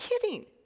kidding